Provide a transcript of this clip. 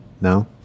no